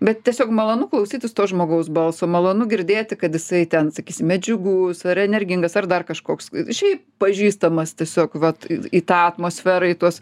bet tiesiog malonu klausytis to žmogaus balso malonu girdėti kad jisai ten sakysime džiugus ar energingas ar dar kažkoks šiaip pažįstamas tiesiog vat į tą atmosferą ir tuos